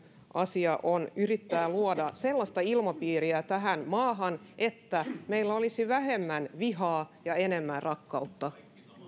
asia on yrittää luoda sellaista ilmapiiriä tähän maahan että meillä olisi vähemmän vihaa ja enemmän rakkautta